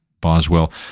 Boswell